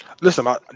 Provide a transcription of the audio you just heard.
Listen